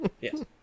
yes